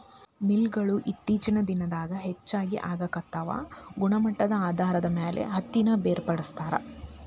mill ಗೊಳು ಇತ್ತೇಚಿನ ದಿನದಾಗ ಹೆಚಗಿ ಆಗಾಕತ್ತಾವ ಗುಣಮಟ್ಟದ ಆಧಾರದ ಮ್ಯಾಲ ಹತ್ತಿನ ಬೇರ್ಪಡಿಸತಾರ